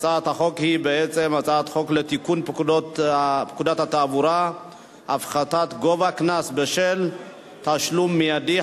הצעת חוק לתיקון פקודת התעבורה (הפחתת גובה קנס בשל תשלום מיידי),